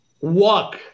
Walk